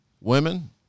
women